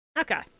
Okay